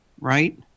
Right